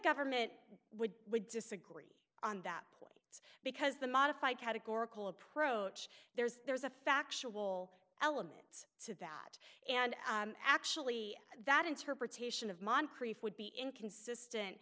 government would would disagree on that point because the modified categorical approach there is there's a factual element to that and actually that interpretation of moncrief would be inconsistent